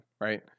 right